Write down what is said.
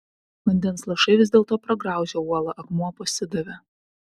vandens lašai vis dėlto pragraužė uolą akmuo pasidavė